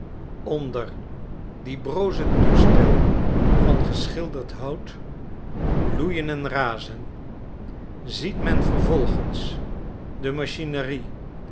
onder dien brozen toestel van geschilderd hout loeieri en razen ziet men vervolgens de machinerie